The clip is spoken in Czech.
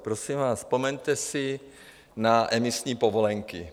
Prosím vás, vzpomeňte si na emisní povolenky.